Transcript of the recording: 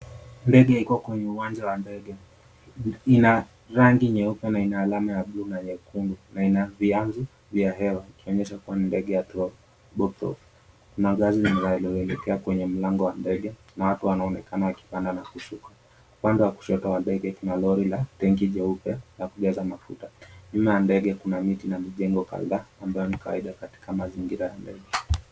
Ndege iko kwenye uwanja wa ndege ina rangi nyeupe na ina alama ya buluu na nyekundu na ina vianzu vya hewa ikionyesha kuwa ndege yatua. Kuna ngazi inayoelekea kwenye uwanja wa ndege na watu wanaonekana wakipanda na kushuka. Upande wa kushoto wa ndege kuna lori wa kujaaza mafuta. Nyuma ya ndege kuna miti na mijengo kadhaa ambayo ni kawaida katika mazingira ya ndege.